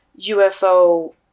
UFO